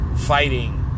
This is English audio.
fighting